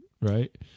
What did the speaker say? right